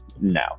No